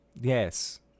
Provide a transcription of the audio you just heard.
Yes